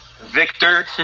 Victor